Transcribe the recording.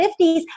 50s